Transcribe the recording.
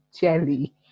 jelly